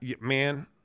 man